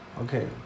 Okay